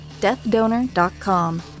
deathdonor.com